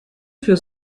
für